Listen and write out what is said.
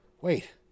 Wait